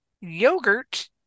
yogurt